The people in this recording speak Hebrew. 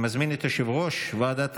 אושרה בקריאה הראשונה ותעבור לדיון בוועדת